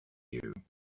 you